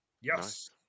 Yes